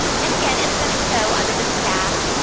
and, again, it's going to show under the staff,